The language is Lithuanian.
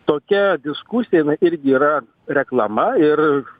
tokia diskusija jinai irgi yra reklama ir